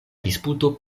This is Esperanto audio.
disputo